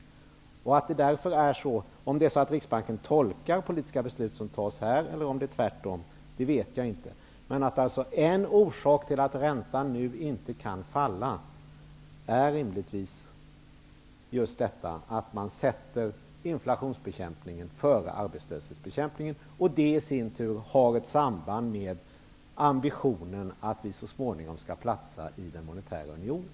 Om Riksbanken tolkar politiska beslut som tas här eller om det är tvärtom vet jag inte, men en orsak till att räntan nu inte kan falla är rimligtvis att man sätter inflationsbekämpningen före arbetslöshetsbekämpningen, och det har i sin tur ett samband med ambitionen att vi så småningom skall platsa i den monetära unionen.